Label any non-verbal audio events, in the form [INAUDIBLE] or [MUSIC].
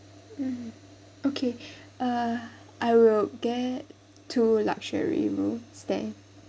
mm okay [BREATH] uh I will get two luxury room is there